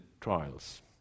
trials